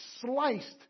sliced